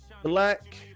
Black